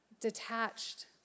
detached